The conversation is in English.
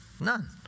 None